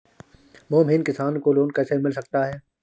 भूमिहीन किसान को लोन कैसे मिल सकता है?